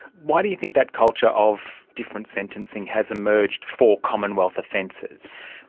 why do you think that culture of different sentencing has emerged for commonwealth offences?